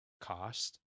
cost